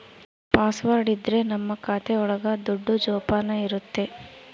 password ಇದ್ರೆ ನಮ್ ಖಾತೆ ಒಳಗ ದುಡ್ಡು ಜೋಪಾನ ಇರುತ್ತೆ